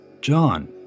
John